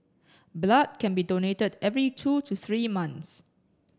blood can be donated every two to three months